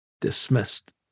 dismissed